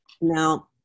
Now